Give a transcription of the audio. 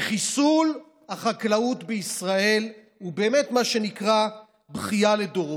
וחיסול החקלאות בישראל הוא באמת מה שנקרא בכייה לדורות.